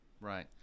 Right